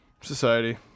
society